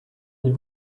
êtes